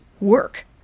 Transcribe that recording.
work